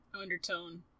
undertone